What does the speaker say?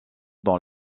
dans